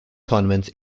tournaments